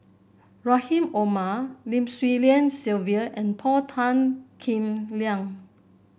Rahim Omar Lim Swee Lian Sylvia and Paul Tan Kim Liang